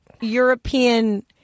European